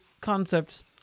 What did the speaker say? concepts